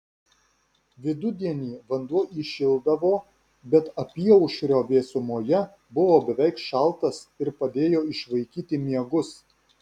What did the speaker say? vidudienį vanduo įšildavo bet apyaušrio vėsumoje buvo beveik šaltas ir padėjo išvaikyti miegus